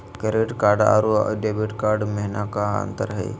Credit card अरू debit card महिना का अंतर हई?